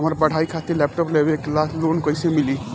हमार पढ़ाई खातिर लैपटाप लेवे ला लोन कैसे मिली?